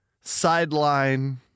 sideline